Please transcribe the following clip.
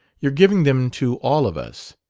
you're giving them to all of us.